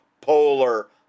polar